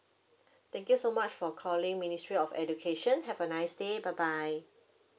thank you so much for calling ministry of education have a nice day bye bye